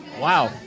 Wow